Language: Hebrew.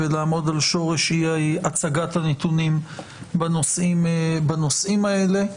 ולעמוד על שורש אי-הצגת הנתונים בנושאים האלה.